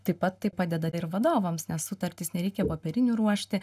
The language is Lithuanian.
taip pat tai padeda ir vadovams nes sutartis nereikia popierinių ruošti